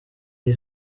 iri